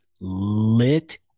lit